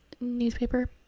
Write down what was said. newspaper